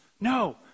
No